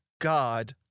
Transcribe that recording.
God